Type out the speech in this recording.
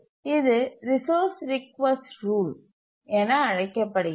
இது resource request rule என அழைக்கப்படுகிறது